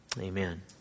Amen